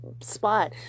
spot